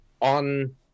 on